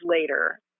later